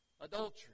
adultery